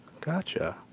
Gotcha